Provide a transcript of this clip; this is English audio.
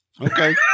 Okay